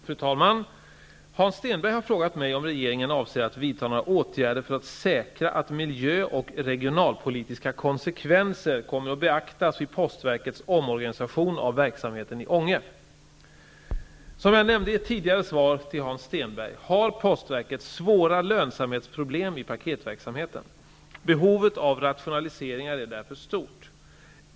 Fru talman! Hans Stenberg har frågat mig om regeringen avser att vidta några åtgärder för att säkra att miljö och regionalpolitiska konsekvenser kommer att beaktas vid postverkets omorganisation av verksamheten i Ånge. Som jag nämnde i ett tidigare svar till Hans Stenberg har postverket svåra lönsamhetsproblem i paketverksamheten. Behovet av rationaliseringar är därför stort.